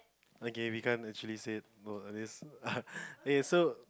okay we can't actually say oh all these eh so